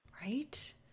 Right